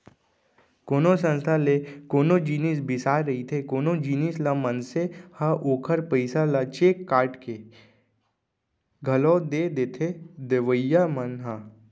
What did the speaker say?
कोनो संस्था ले कोनो जिनिस बिसाए रहिथे कोनो जिनिस ल मनसे ह ता ओखर पइसा ल चेक काटके के घलौ दे देथे देवइया मन ह